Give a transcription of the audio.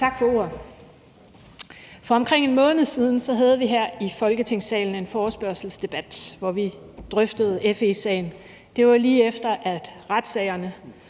Tak for ordet. For omkring en måned siden havde vi her i Folketingssalen en forespørgselsdebat, hvor vi drøftede FE-sagen. Det var, lige efter at retssagerne